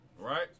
Right